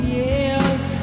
years